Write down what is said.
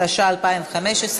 התשע"ה 2015,